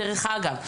דרך אגב,